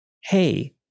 Hey